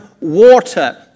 water